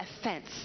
offense